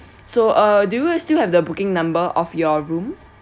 so uh do you still have the booking number of your room